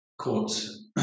courts